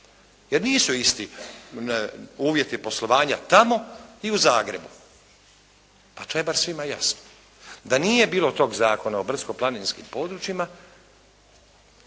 Jer nisu isti uvjeti poslovanja tamo i u Zagrebu. Pa to je bar svima jasno. Da nije bilo toga Zakona o brdsko-planinskim područjima,